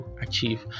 achieve